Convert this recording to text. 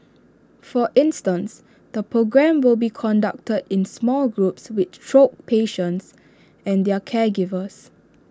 for instance the programme will be conducted in small groups with the stroke patients and their caregivers